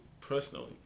personally